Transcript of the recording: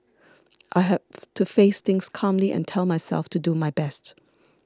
I have to face things calmly and tell myself to do my best